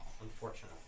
Unfortunate